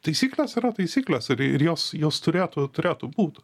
taisyklės yra taisyklės ir ir jos jos turėtų turėtų būt